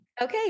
okay